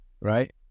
right